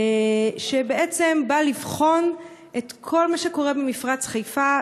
שבעצם נועד לבחון את כל מה שקורה במפרץ חיפה,